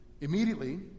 Immediately